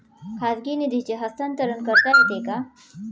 खाजगी निधीचे हस्तांतरण करता येते का?